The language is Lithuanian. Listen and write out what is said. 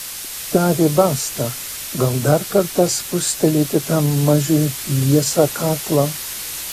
tarė basta gal dar kartą spustelėti tam mažiui liesą kaklą